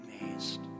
amazed